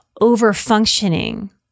over-functioning